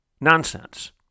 nonsense